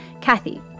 Kathy